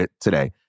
today